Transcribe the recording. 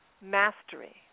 mastery